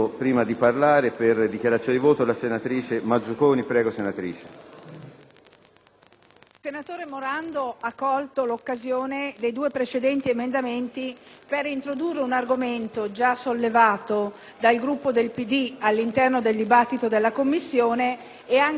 senatore Morando ha colto l'occasione dei due precedenti emendamenti per introdurre un argomento già sollevato dal Gruppo del Partito Democratico all'interno della discussione svoltasi in Commissione ed emerso in numerosi interventi svolti in Aula. È chiaro che qui siamo di fronte a un problema: